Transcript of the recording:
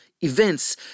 events